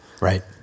Right